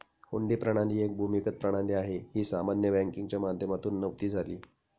हुंडी प्रणाली एक भूमिगत प्रणाली आहे, ही सामान्य बँकिंगच्या माध्यमातून नव्हती झाली